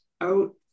out